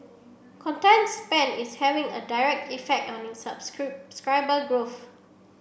content spend is having a direct effect on its growth